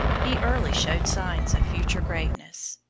he early showed signs of future greatness.